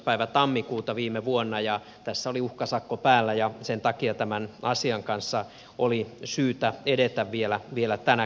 päivä tammikuuta viime vuonna ja tässä oli uhkasakko päällä ja sen takia tämän asian kanssa oli syytä edetä vielä tänä keväänä